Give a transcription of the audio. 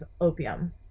opium